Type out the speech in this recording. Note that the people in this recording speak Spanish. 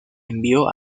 envió